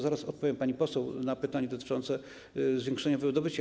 Zaraz odpowiem pani poseł na pytanie dotyczące zwiększenia wydobycia.